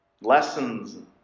lessons